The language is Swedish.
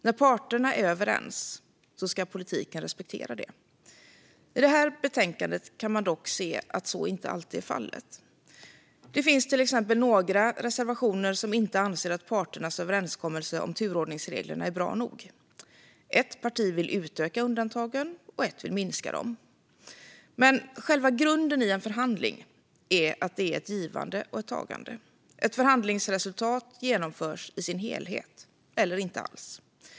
När parterna är överens ska politiken respektera det. I det här betänkandet kan man dock se att så inte alltid är fallet. Det finns till exempel några reservationer där man inte anser att parternas överenskommelse om turordningsreglerna är bra nog. Ett parti vill utöka undantagen, och ett vill minska dem. Men själva grunden i en förhandling är att det är ett givande och tagande, och ett förhandlingsresultat genomförs i sin helhet eller inte alls.